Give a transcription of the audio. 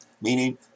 meaning